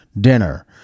dinner